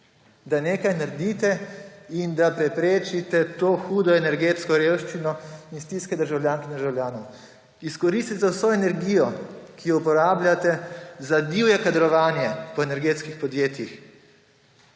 Da nekaj naredite in da preprečite to hudo energetsko revščino in stiske državljank in državljanov. Izkoristite vso energijo, ki jo uporabljate za divje kadrovanje po energetskih podjetjih,